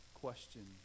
question